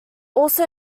also